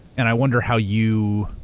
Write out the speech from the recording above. and i wonder how you.